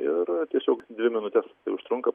ir tiesiog dvi minutes tai užtrunka